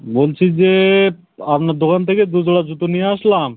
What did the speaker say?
বলছি যে আপনার দোকান থেকে দু জোড়া জুতো নিয়ে আসলাম